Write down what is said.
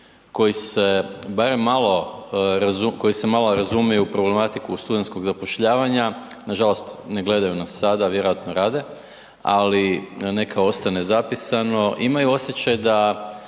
koji se barem malo, koji se razumiju u problematiku studentskog zapošljavanju, nažalost ne gledaju nas sada, vjerojatno rade. Ali, neka ostane zapisano, imaju osjećaj da